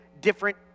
different